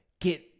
get